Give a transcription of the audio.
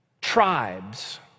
tribes